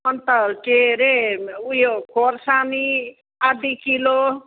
अन्त के हरे उयो खोर्सानी आधा किलो